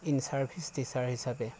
in service teacher হিচাপে